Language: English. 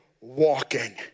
walking